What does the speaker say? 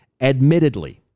Admittedly